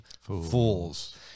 fools